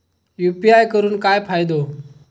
UPI करून काय फायदो?